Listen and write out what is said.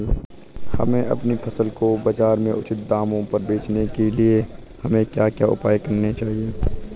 हमें अपनी फसल को बाज़ार में उचित दामों में बेचने के लिए हमें क्या क्या उपाय करने चाहिए?